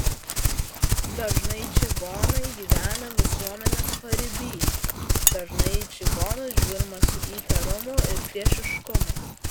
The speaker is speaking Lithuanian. dažnai čigonai gyvena visuomenės pariby dažnai į čigonus žiūrima su įtarumu ir priešiškumu